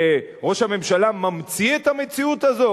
ראש הממשלה ממציא את המציאות הזאת?